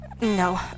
No